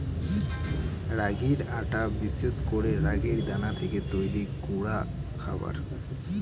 রাগির আটা বিশেষ করে রাগির দানা থেকে তৈরি গুঁডা খাবার